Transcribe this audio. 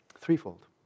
threefold